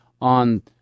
on